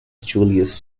julius